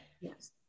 Yes